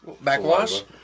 backwash